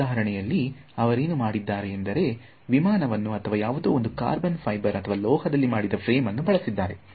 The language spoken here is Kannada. ಈ ಉದಾಹರಣೆಯಲ್ಲಿ ಅವರೇನು ಮಾಡಿದ್ದಾರೆ ಎಂದರೆ ವಿಮಾನವನ್ನು ಅಥವಾ ಯಾವುದೋ ಒಂದು ಕಾರ್ಬನ್ ಫೈಬರ್ ಅಥವಾ ಲೋಹದಲ್ಲಿ ಮಾಡಿದ ಫ್ರೇಮನ್ನು ಬಳಸಿದ್ದಾರೆ